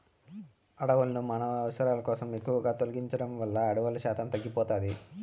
అడవులను మానవ అవసరాల కోసం ఎక్కువగా తొలగించడం వల్ల అడవుల శాతం తగ్గిపోతాది